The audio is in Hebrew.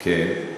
כן.